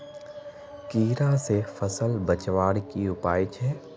कीड़ा से फसल बचवार की उपाय छे?